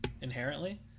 inherently